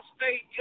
State